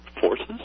forces